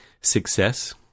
success